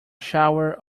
shower